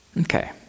Okay